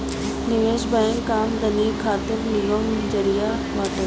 निवेश बैंक आमदनी खातिर निमन जरिया बाटे